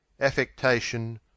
affectation